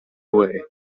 away